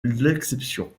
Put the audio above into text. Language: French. l’exception